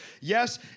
Yes